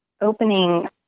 opening